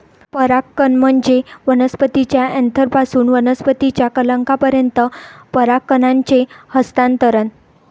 परागकण म्हणजे वनस्पतीच्या अँथरपासून वनस्पतीच्या कलंकापर्यंत परागकणांचे हस्तांतरण